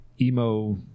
emo